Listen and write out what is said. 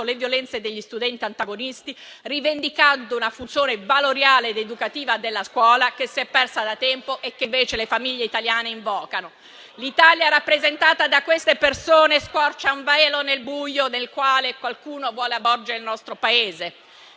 le violenze degli studenti antagonisti, rivendicando una funzione valoriale ed educativa della scuola che si è persa da tempo e che invece le famiglie italiane invocano. *(Commenti).* L'Italia rappresentata da queste persone squarcia un velo nel buio nel quale qualcuno vuole avvolgere il nostro Paese.